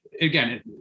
again